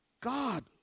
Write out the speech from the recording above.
God